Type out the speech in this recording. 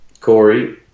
Corey